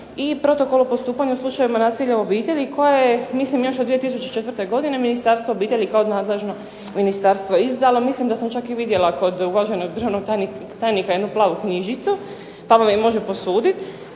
i Protokol o postupanju u slučajevima nasilja u obitelji koja je mislim još od 2004. godine Ministarstvo obitelji kao nadležno ministarstvo izdalo. Mislim da sam čak i vidjela kod uvaženog državnog tajnika jednu plavu knjižicu pa vam ju može posuditi.